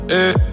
Hey